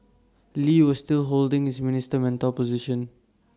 lee was still holding his minister mentor position